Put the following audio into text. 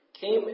came